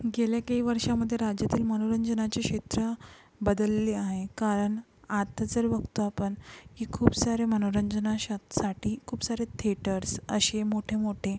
गेल्या काही वर्षामध्ये राज्यातील मनोरंजनाचे क्षेत्र बदलले आहे कारण आता जर बघतो आपण की खूप सारे मनोरंजनासासाठी खूप सारे थेटर्स असे मोठेमोठे